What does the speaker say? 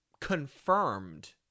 Confirmed